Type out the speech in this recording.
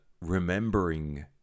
remembering